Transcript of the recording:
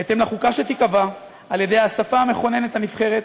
בהתאם לחוקה שתיקבע על-ידי האספה המכוננת הנבחרת,